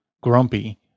grumpy